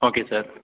okay sir